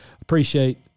appreciate